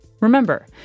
Remember